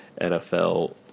NFL